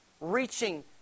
reaching